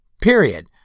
Period